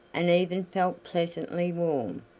and even felt pleasantly warm,